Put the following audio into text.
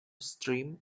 stream